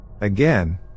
Again